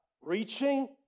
Reaching